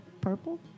purple